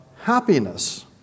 happiness